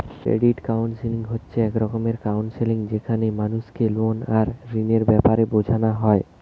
credit counselling হচ্ছে এক রকমের কাউন্সেলিং যেখানে মানুষকে লোন আর ঋণের বেপারে বুঝানা হয়